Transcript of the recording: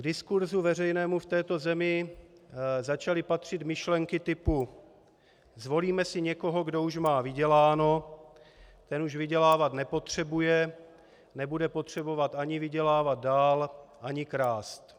K diskurzu veřejnému v této zemi začaly patřit myšlenky typu: zvolíme si někoho, kdo už má vyděláno, ten už vydělávat nepotřebuje, nebude potřebovat ani vydělávat dál ani krást.